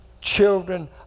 children